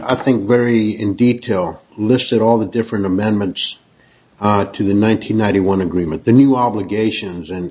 i think very detail listed all the different amendments to the ninety ninety one agreement the new obligations and